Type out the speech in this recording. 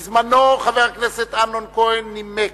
בזמנו חבר הכנסת אמנון כהן נימק,